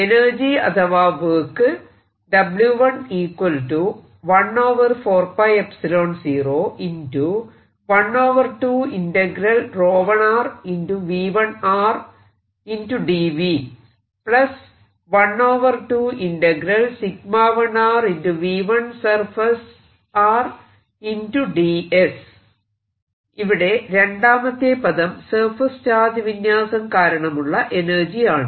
energy അഥവാ work ഇവിടെ രണ്ടാമത്തെ പദം സർഫേസ് ചാർജ് വിന്യാസം കാരണമുള്ള എനർജി ആണ്